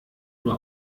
nur